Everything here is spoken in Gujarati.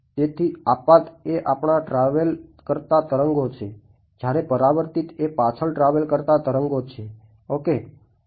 તેથી આપાત એ આગળ ટ્રાવેલ કરતા તરંગો છે જયારે પરાવર્તિત એ પાછળ ટ્રાવેલ કરતા તરંગો છે ઓકે